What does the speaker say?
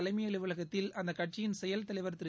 தலைமை அலுவலகத்தில் அந்த கட்சியின் செயல் தலைவர் திரு